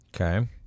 Okay